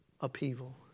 upheaval